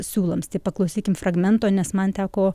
siūlams tai paklausykim fragmento nes man teko